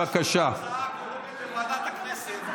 אנחנו ביקשנו שההצעה הקודמת תועבר לוועדת הכנסת.